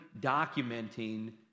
documenting